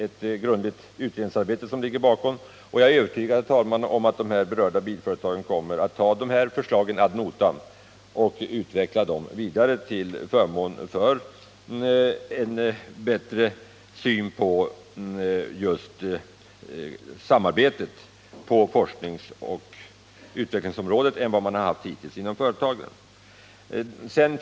Ett grundligt utredningsarbete ligger bakom, och jag är övertygad om att de berörda bilföretagen kommer att ta förslaget ad notam och utveckla det vidare till förmån för en annan syn på samarbetet på forskningsoch utvecklingsområdet än vad man har haft hittills inom företagen.